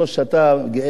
שאתה גאה בה?